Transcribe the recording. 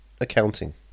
accounting